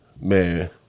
Man